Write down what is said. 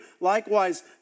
likewise